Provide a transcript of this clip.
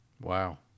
Wow